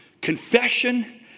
confession